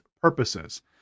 purposes